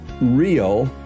real